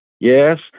Yes